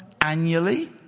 Annually